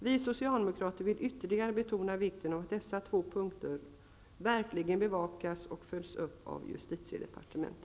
Vi socialdemokrater vill ytterligare betona vikten av att dessa två punkter verkligen bevakas och följs av justitiedepartementet.